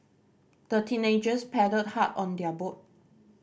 the teenagers paddled hard on their boat